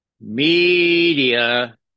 media